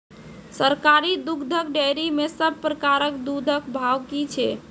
सरकारी दुग्धक डेयरी मे सब प्रकारक दूधक भाव की छै?